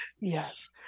Yes